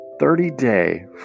30-day